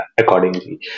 accordingly